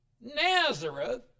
Nazareth